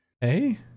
Hey